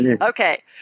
Okay